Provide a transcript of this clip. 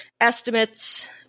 estimates